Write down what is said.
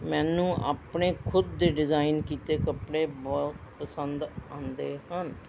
ਮੈਨੂੰ ਆਪਣੇ ਖੁਦ ਦੇ ਡਿਜ਼ਾਇਨ ਕੀਤੇ ਕੱਪੜੇ ਬਹੁਤ ਪਸੰਦ ਆਉਂਦੇ ਹਨ